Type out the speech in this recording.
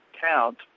count